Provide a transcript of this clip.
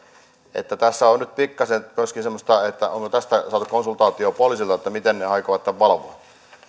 että tässä on nyt pikkasen myöskin semmoista että onko tästä saatu konsultaatiota poliisilta miten ne aikovat tätä valvoa